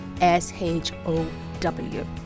S-H-O-W